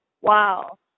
wow